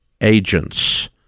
agents